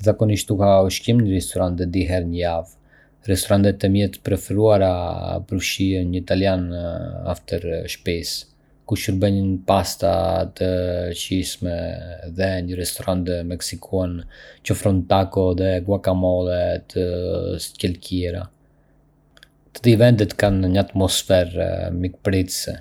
Zakonisht ha ushqim në restorante dy herë në javë. Restorantet e miat të preferuara përfshijnë një italian afër shtëpisë, ku shërbejnë një pasta të shijshme, dhe një restorant meksikan që ofron taco dhe guacamole të shkëlqyera. Të dy vendet kanë një atmosferë mikpritëse.